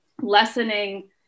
lessening